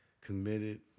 committed